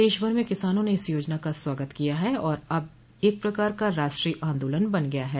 देशभर म किसानों ने इस योजना का स्वागत किया ह और अब यह एक प्रकार का राष्ट्रीय आंदोलन बन गई है